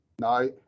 No